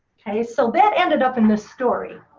ok? so that ended up in the story.